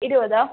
ഇരുപത്